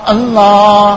Allah